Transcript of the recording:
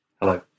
Hello